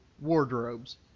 wardrobes